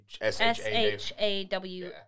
S-H-A-W